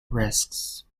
risks